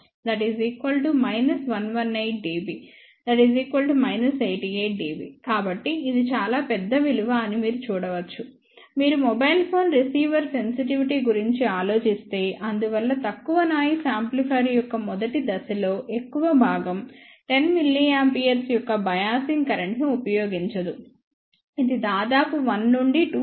6 ×10 12 W 118dB 88dBm కాబట్టి ఇది చాలా పెద్ద విలువ అని మీరు చూడవచ్చు మీరు మొబైల్ ఫోన్ రిసీవర్ సెన్సిటివిటీ గురించి ఆలోచిస్తే అందువల్ల తక్కువ నాయిస్ యాంప్లిఫైయర్ యొక్క మొదటి దశలో ఎక్కువ భాగం 10 mA యొక్క బయాసింగ్ కరెంట్ను ఉపయోగించదు ఇది దాదాపు 1 నుండి 2 mA కావచ్చు